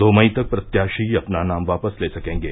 दो मई तक प्रत्याशी अपना नाम वापस ले सकेंगे